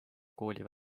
kooli